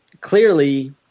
clearly